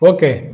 Okay